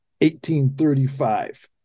1835